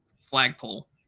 flagpole